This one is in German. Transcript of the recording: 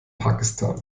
pakistan